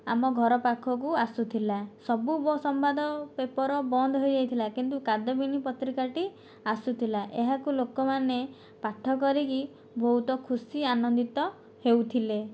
ଆମ ଘର ପାଖକୁ ଆସୁଥିଲା ସବୁ ସମ୍ବାଦ ପେପର ବନ୍ଦ ହୋଇଯାଇଥିଲା କିନ୍ତୁ କାଦମ୍ବିନୀ ପତ୍ରିକାଟି ଆସୁଥିଲା ଏହାକୁ ଲୋକମାନେ ପାଠ କରିକି ବହୁତ ଖୁସି ଆନନ୍ଦିତ ହେଉଥିଲେ